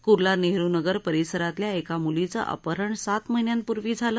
कुर्ला नेहरुनगर परिसरातल्या एका मूलीचं अपहरण सात महिन्यांपूर्वी झालं